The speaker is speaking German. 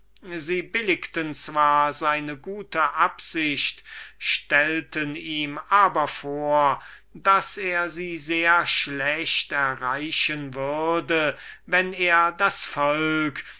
sie billigten zwar seine gute absicht stellten ihm aber vor daß er sie sehr schlecht erreichen würde wenn er das volk